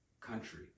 country